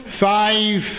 Five